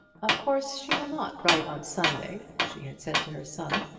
of course she will not write on sunday, she had said to her son,